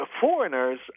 foreigners